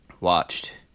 watched